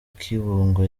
kibungo